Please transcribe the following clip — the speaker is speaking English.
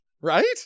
Right